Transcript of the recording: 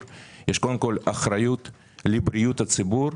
יש לנו קודם כל אחריות לבריאות הציבור,